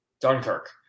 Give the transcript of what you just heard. Dunkirk